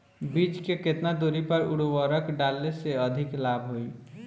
बीज के केतना दूरी पर उर्वरक डाले से अधिक लाभ होई?